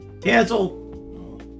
Cancel